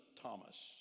Thomas